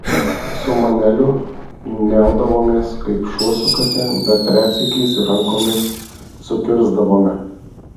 su maneliu niaudavomės kaip šuo su kate bet retsykiais ir rankomis sukirsdavome